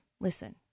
listen